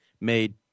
made